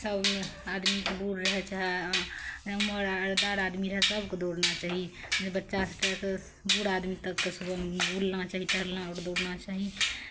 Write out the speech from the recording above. सभ आदमीकेँ बूढ़ रहै चाहे उमरदार आदमी रहए सभकेँ दौड़ना चाही बच्चासँ लए कऽ सभकेँ बूढ़ आदमी तकके सुबहमे बुलना चाही टहलना आओर दौड़ना चाही